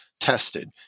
tested